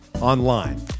online